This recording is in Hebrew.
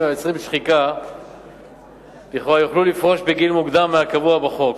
היוצרים שחיקה לכאורה יוכלו לפרוש בגיל מוקדם מהקבוע בחוק,